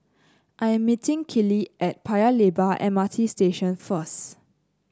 I'm meeting Kiley at Paya Lebar M R T Station first